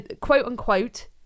quote-unquote